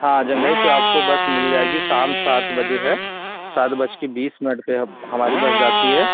हाँ जंघई से आपको बस मिल जाएगी शाम सात बजे है सात बज के बीस मिनट पर हब हमारी बस जाती है